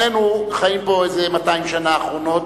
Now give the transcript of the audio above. שנינו חיים פה באיזה מאתיים השנים האחרונות.